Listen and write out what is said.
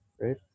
Right